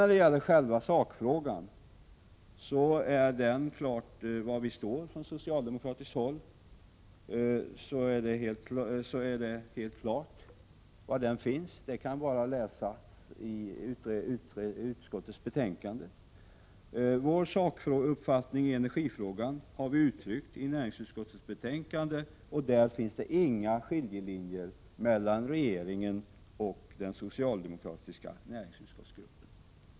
När det gäller själva sakfrågan är det klart var vi socialdemokrater står. Det går att läsa i utskottets betänkande, där vi har uttryckt vår uppfattning i energifrågan. Det finns inga skiljelinjer mellan regeringen och den socialdemokratiska gruppen i näringsutskottet.